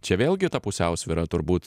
čia vėlgi ta pusiausvyra turbūt